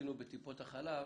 שעשינו בטיפות החלב,